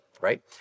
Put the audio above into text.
right